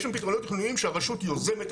יש שם פתרונות תכנוניים שהרשות יוזמת,